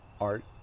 art